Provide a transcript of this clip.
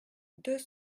deux